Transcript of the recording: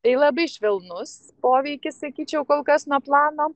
tai labai švelnus poveikis sakyčiau kol kas nuo plano